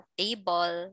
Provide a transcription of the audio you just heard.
table